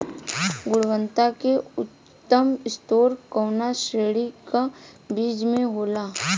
गुणवत्ता क उच्चतम स्तर कउना श्रेणी क बीज मे होला?